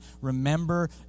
Remember